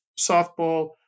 softball